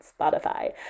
spotify